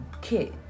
kit